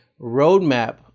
roadmap